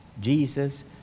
Jesus